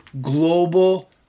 Global